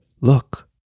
Look